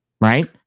Right